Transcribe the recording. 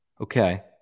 Okay